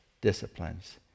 disciplines